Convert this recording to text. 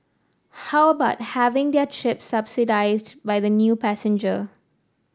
how about having their trip subsidised by the new passenger